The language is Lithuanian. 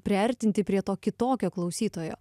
priartinti prie to kitokio klausytojo